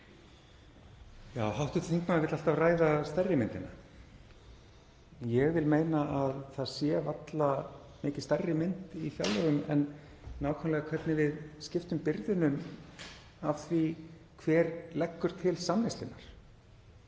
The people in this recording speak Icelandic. Hv. þingmaður vill alltaf ræða stærri myndina. En ég vil meina að það sé varla mikið stærri mynd í fjárlögum en nákvæmlega það hvernig við skiptum byrðunum í því sem hver leggur til samneyslunnar.